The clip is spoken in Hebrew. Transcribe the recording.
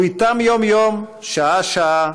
הוא איתם יום-יום, שעה-שעה,